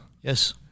Yes